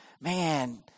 man